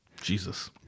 Jesus